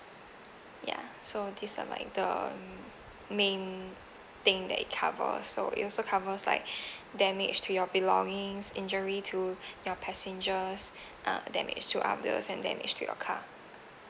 ya so these are like the um main thing that it cover so it also covers like damage to your belongings injury to your passengers ah damage throughout the same damage to your car